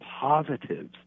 positives